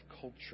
culture